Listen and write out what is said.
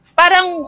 parang